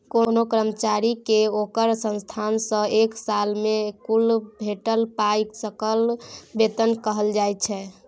कोनो कर्मचारी केँ ओकर संस्थान सँ एक साल मे कुल भेटल पाइ सकल बेतन कहाइ छै